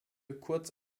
kurz